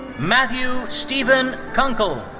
matthew stephen kunkle.